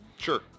Sure